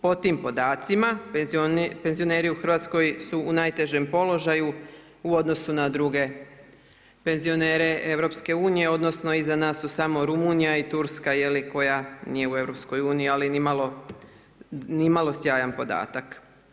Po tim podacima penzioneri u Hrvatskoj su u najtežem položaju u odnosu na druge penzionere EU-a odnosno iza nas su samo Rumunjska i Turska je li, koja nije u EU-u ali nimalo sjajan podatak.